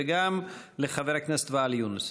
וגם לחבר הכנסת ואאל יונס.